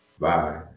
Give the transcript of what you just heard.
Bye